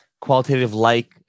qualitative-like